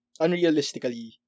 Unrealistically